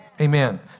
Amen